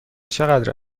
چقدر